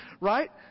right